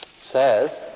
says